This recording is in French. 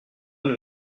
nous